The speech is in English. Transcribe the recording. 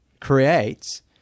creates